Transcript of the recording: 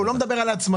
הוא לא מדבר על ההצמדה.